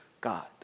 God